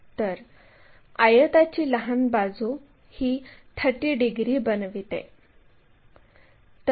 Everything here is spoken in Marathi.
तर आयताची लहान बाजू ही 30 डिग्री बनविते